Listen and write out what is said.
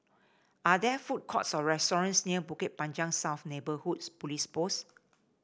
are there food courts or restaurants near Bukit Panjang South Neighbourhood Police Post